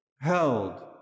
held